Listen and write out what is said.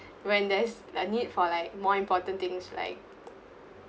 when there's a need for like more important things like